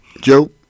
Joe